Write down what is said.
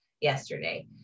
yesterday